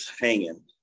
hanging